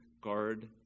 Guard